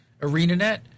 ArenaNet